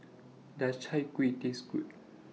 Does Chai Kuih Taste Good